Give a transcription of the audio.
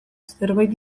zerbait